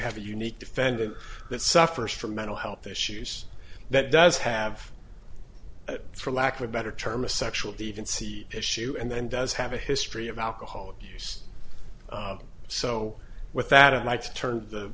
have a unique defendant that suffers from mental health issues that does have for lack of a better term a sexual deviancy issue and then does have a history of alcohol abuse so with that and i to turn t